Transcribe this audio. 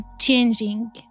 changing